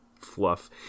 fluff